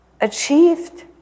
achieved